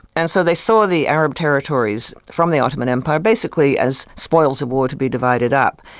and so they saw the arab territories from the ottoman empire basically as spoils of war to be divided up.